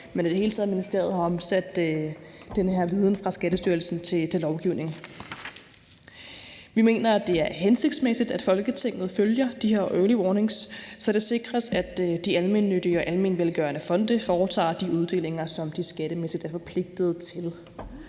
i det hele taget har omsat den her viden fra Skattestyrelsen til lovgivning. Vi mener, det er hensigtsmæssigt, at Folketinget følger de her early warnings, så det sikres, at de almennyttige og almenvelgørende fonde foretager de uddelinger, som de skattemæssigt er forpligtet til.